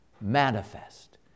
manifest